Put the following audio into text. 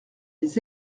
des